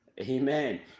amen